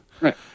Right